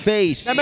Face